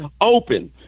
Open